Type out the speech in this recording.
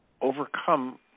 overcome